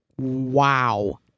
Wow